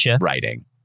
writing